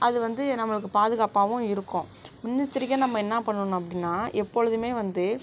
அது வந்து நம்மளுக்கு பாதுகாப்பாகவும் இருக்கும் முன்னெச்சரிக்கையாக நம்ம என்னா பண்ணணும் அப்படின்னா எப்பொழுதுமே வந்து